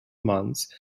months